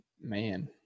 man